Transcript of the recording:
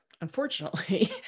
unfortunately